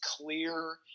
clear